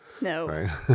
No